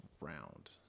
round